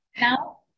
Now